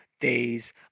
days